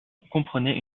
comprenait